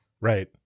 right